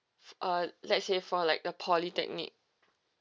uh let's say for like a polytechnic